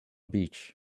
beach